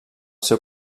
seu